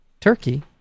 Turkey